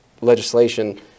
legislation